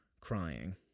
crying